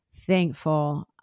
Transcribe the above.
thankful